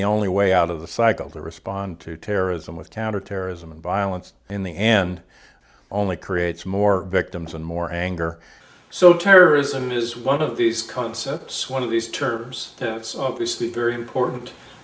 the only way out of the cycle to respond to terrorism with counter terrorism and violence in the end only creates more victims and more anger so terrorism is one of these concepts one of these tours it's obviously very important